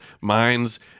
minds